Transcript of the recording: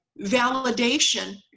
validation